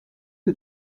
que